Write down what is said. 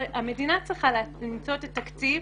המדינה צריכה למצוא את התקציב